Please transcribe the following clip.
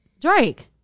Drake